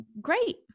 Great